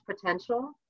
potential